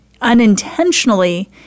unintentionally